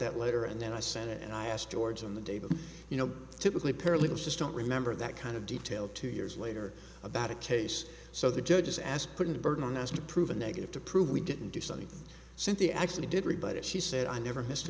that letter and then i sent it and i asked george on the day but you know typically paralegal just don't remember that kind of detail two years later about a case so the judges ask putting the burden on us to prove a negative to prove we didn't do something cynthia actually did rebut it she said i never his